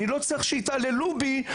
אני לא צריך שיתעללו בי,